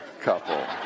couple